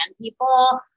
people